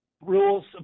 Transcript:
rules